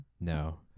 No